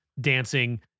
dancing